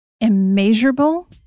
immeasurable